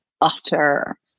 utter